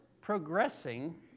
progressing